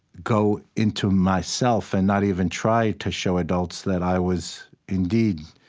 go into myself and not even try to show adults that i was, indeed,